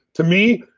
to me,